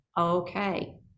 okay